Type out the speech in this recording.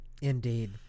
indeed